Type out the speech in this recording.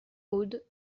aude